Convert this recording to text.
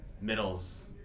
middles